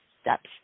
steps